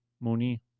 Mooney